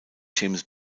james